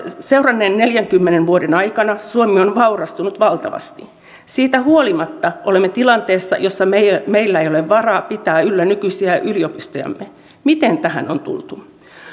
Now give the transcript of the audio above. seuranneiden neljänkymmenen vuoden aikana suomi on vaurastunut valtavasti siitä huolimatta olemme tilanteessa jossa meillä ei ole varaa pitää yllä nykyisiä yliopistojamme miten tähän on tultu